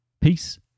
Peace